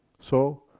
so,